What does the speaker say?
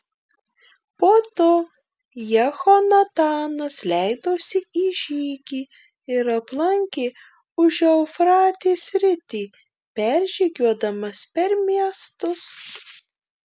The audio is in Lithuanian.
po to jehonatanas leidosi į žygį ir aplankė užeufratės sritį peržygiuodamas per miestus